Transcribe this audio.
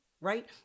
right